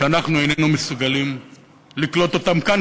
שאנחנו איננו מסוגלים לקלוט כאן,